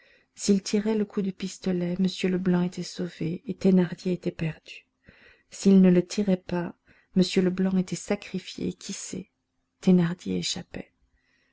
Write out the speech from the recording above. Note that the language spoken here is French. s'il tirait le coup de pistolet m leblanc était sauvé et thénardier était perdu s'il ne le tirait pas m leblanc était sacrifié et qui sait thénardier échappait